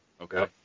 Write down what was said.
Okay